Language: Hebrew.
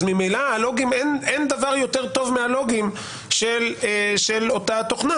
אז ממילא אין דבר יותר טוב מהלוגים של אותה תוכנה,